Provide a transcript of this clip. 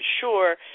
sure